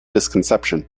misconception